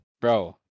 Bro